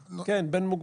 כן, בן מוגבל.